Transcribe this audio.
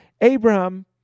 Abraham